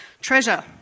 treasure